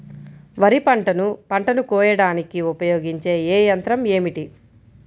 వరిపంటను పంటను కోయడానికి ఉపయోగించే ఏ యంత్రం ఏమిటి?